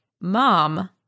mom